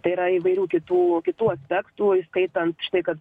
tai yra įvairių kitų kitų aspektų įskaitant štai kad